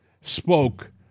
spoke